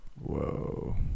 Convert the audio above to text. Whoa